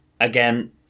again